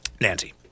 nancy